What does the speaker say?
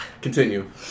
Continue